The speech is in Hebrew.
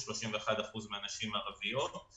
ו-31% מהנשים הערביות מועסקות בחינוך.